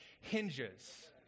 hinges